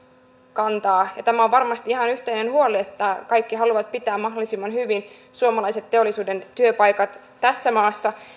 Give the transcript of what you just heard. kantaa ja tämä on varmasti ihan yhteinen huoli että kaikki haluavat pitää mahdollisimman hyvin suomalaiset teollisuuden työpaikat tässä maassa